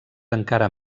encara